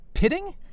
Pitting